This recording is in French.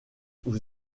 vous